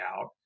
out